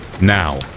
Now